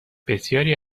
بسیاری